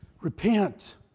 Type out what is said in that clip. Repent